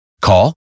Call